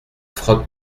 frotte